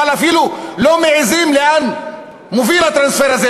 אבל אפילו לא מעזים לומר לאן מוביל הטרנספר הזה,